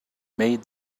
made